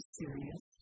serious